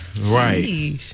Right